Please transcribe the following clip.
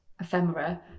ephemera